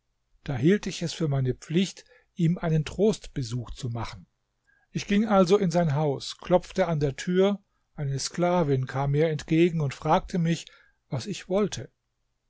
da hielt ich es für meine pflicht ihm einen trostbesuch zu machen ich ging also in sein haus klopfte an der tür eine sklavin kam mir entgegen und fragte mich was ich wollte